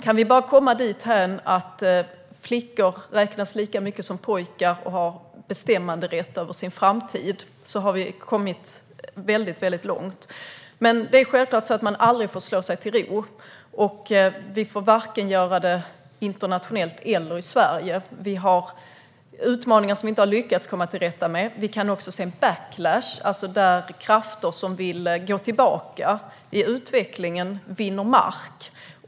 Kan vi bara komma dithän att flickor räknas lika mycket som pojkar och har bestämmanderätt över sin framtid har vi alltså kommit väldigt långt. Det är självklart så att man aldrig får slå sig till ro. Vi får inte göra det vare sig internationellt eller i Sverige. Vi har utmaningar vi inte har lyckats komma till rätta med. Vi kan också se en backlash där krafter som vill gå tillbaka i utvecklingen vinner mark.